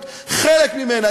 להיות חלק ממנה,